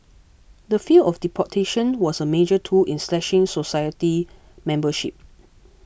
the fear of deportation was a major tool in slashing society membership